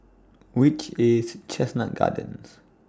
Which IS Chestnut Gardens